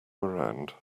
around